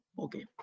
Okay